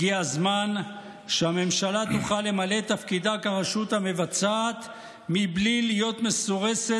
הגיע הזמן שהממשלה תוכל למלא את תפקידה כרשות המבצעת בלי להיות מסורסת